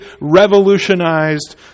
revolutionized